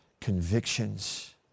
convictions